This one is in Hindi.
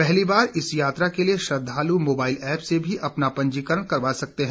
पहली बार इस यात्रा के लिये श्रद्धालु मोबाइल ऐप्प से भी अपना पंजीकरण करवा सकते हैं